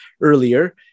earlier